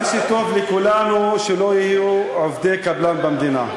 מה שטוב לכולנו זה שלא יהיו עובדי קבלן במדינה,